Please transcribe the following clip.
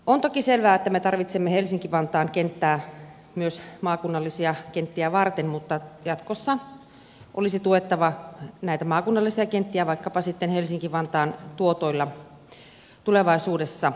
on toki selvää että me tarvitsemme helsinki vantaan kenttää myös maakunnallisia kenttiä varten mutta jatkossa olisi tuettava näitä maakunnallisia kenttiä vaikkapa sitten helsinki vantaan tuotoilla tulevaisuudessa